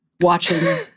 watching